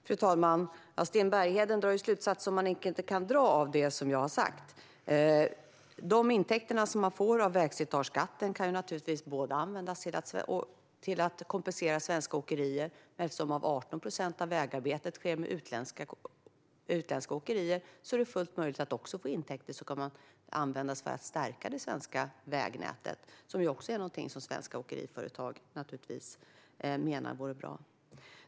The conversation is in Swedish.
Fru talman! Sten Bergheden drar slutsatser som man inte kan dra av det som jag har sagt. De intäkter som man får av vägslitageskatten kan naturligtvis användas till att kompensera svenska åkerier. Men eftersom 18 procent av vägarbetet sker med utländska åkerier är det fullt möjligt att också få intäkter som kan användas för att stärka det svenska vägnätet, som ju är någonting som svenska åkeriföretag menar vore bra.